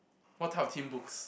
what type of teen books